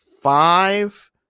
five